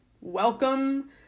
welcome